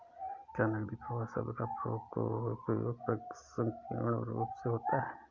क्या नकदी प्रवाह शब्द का प्रयोग संकीर्ण रूप से होता है?